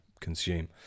consume